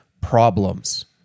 problems